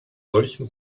solchen